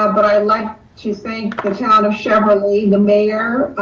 ah but i like to thank the town of cheverly, the mayor,